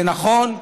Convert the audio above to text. זה נכון,